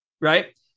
Right